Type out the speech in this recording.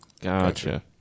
gotcha